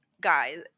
guys